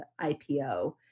IPO